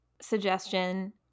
suggestion